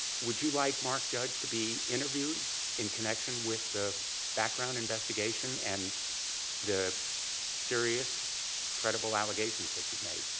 would you like mark judge to be interviewed in connection with the background investigation and the curious credible allegations that you've made?